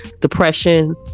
depression